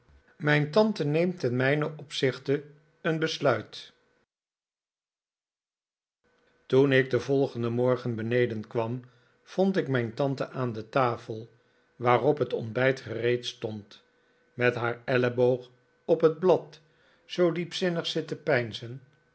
mijn tante neemt te mijnen opzichte een besluit toen ik den volgenden morgen beneden kwam vond ik mijn tante aan de tafel waarop het ontbijt gereed stond met haar elleboog op het blad zoo diepzinnig zitten